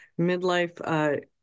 midlife